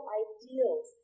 ideals